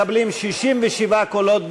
ההצעה להעביר את